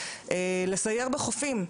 לסייר בחופים.